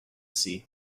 see